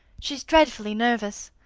she's dreadfully nervous.